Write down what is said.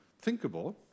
thinkable